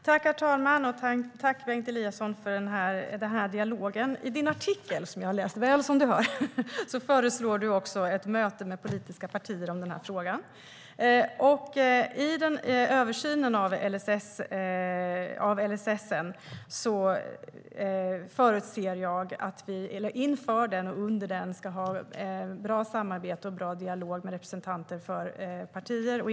Herr talman! Jag tackar Bengt Eliasson för denna dialog. I din artikel, som jag har läst väl som du hör, föreslår du också ett möte med politiska partier om denna fråga. Jag förutser att vi inför och under översynen av LSS ska ha ett bra samarbete och en bra dialog med representanter för partier.